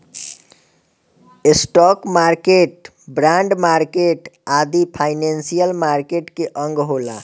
stock market, bond market आदि financial market के अंग होला